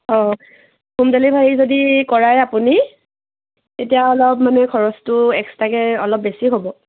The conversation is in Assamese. অঁ হোম ডেলিভাৰী যদি কৰায় আপুনি তেতিয়া অলপ মানে খৰচটো এক্সট্ৰাকৈ অলপ বেছি হ'ব